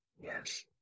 Yes